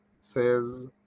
says